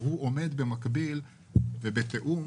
הוא עומד במקביל ובתיאום